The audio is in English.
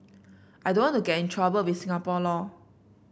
I don't want to get in trouble with Singapore law